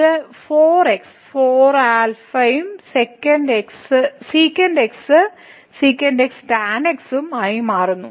അത് 4x 4 ആൽഫയും second x second x tan x ഉം ആയി മാറുന്നു